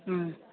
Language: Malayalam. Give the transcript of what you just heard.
മ്മ്